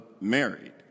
married